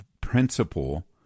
principle